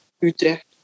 Utrecht